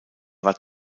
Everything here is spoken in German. war